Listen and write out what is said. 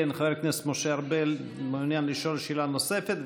כן, חבר הכנסת משה ארבל מעוניין לשאול שאלה נוספת.